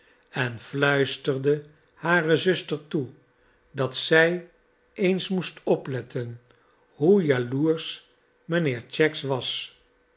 en fluisterde hare zuster toe dat zij eens moest opletten hoe jaloersch mijnheer cheggs was